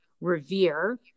revere